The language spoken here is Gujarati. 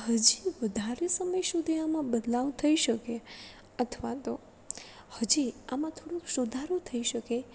હજી વધારે સમય સુધી આમાં બદલાવ થઈ શકે અથવા તો હજી આમાં થોડો સુધારો થઈ શકે